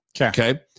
Okay